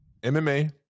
mma